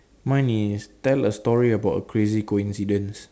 mine is tell a story about a crazy coincidence